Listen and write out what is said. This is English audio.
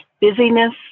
busyness